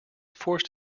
forced